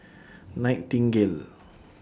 Nightingale